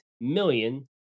million